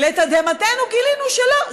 לתדהמתנו גילינו שלא.